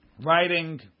writing